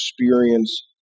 experience